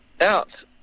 out